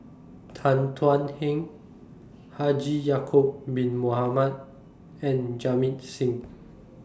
Tan Thuan Heng Haji Ya'Acob Bin Mohamed and Jamit Singh